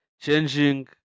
changing